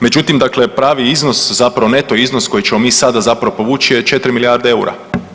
Međutim, dakle pravi iznos zapravo neto iznos koji ćemo mi sada zapravo povući je 4 milijarde eura.